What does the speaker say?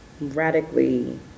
radically